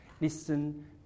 listen